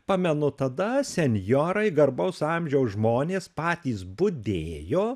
pamenu tada senjorai garbaus amžiaus žmonės patys budėjo